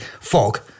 fog